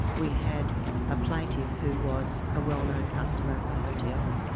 we had a plaintiff who was a well-known customer of the hotel,